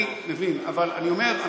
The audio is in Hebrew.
אני מבין, אבל אני אומר.